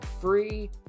free